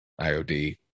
IOD